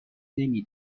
نمی